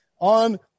on